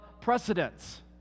precedence